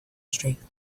straight